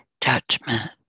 judgment